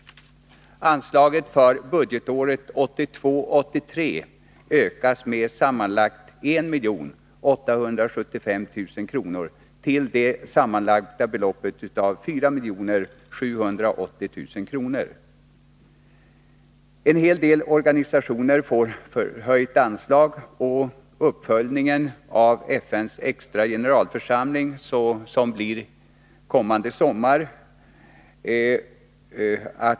Anslaget för budgetåret 1982/83 ökas med sammanlagt 1875 000 kr. till det sammanlagda beloppet 4780 000 kr. En hel del organisationer får förhöjda anslag.